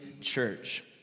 church